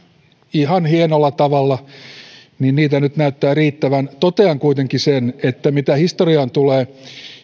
ihan hienolla tavalla nyt näyttää riittävän totean kuitenkin sen että mitä historiaan tulee